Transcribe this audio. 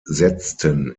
setzten